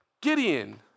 Gideon